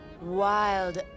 wild